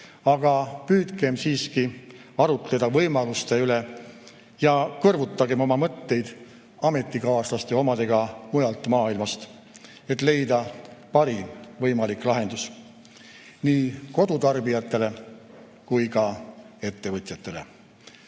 aga püüdkem siiski arutleda võimaluste üle ja kõrvutagem oma mõtteid ametikaaslaste omadega mujalt maailmast, et leida parim võimalik lahendus nii kodutarbijatele kui ka ettevõtetele.